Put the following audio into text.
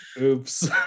Oops